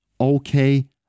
okay